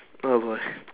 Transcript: oh boy